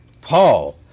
Paul